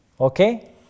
Okay